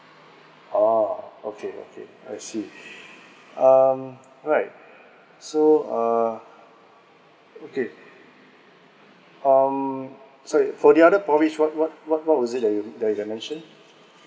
orh okay okay I see um right so uh okay um sorry for the other porridge what what what what was it that you that you have mentioned